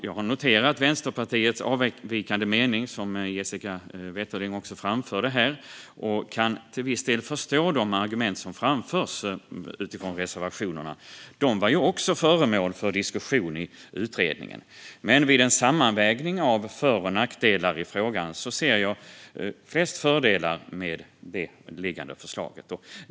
Jag har noterat Vänsterpartiets avvikande mening, som Jessica Wetterling också framförde här, och jag kan till viss del förstå de argument som framförs utifrån reservationerna. De var också föremål för diskussion i utredningen, men vid en sammanvägning av för och nackdelar i frågan ser jag flest fördelar med det liggande förslaget.